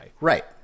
Right